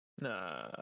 Nah